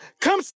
Come